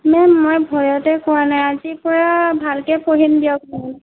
ma'am মই ভয়তে কোৱা নাই আজিৰ পৰা ভালকৈ পঢ়িম দিয়ক মেম